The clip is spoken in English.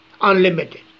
unlimited